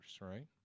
right